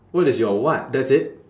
what is your what that's it